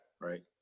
right